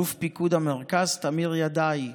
אלוף פיקוד המרכז תמיר ידעי,